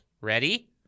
ready